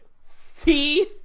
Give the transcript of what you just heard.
see